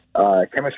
Chemistry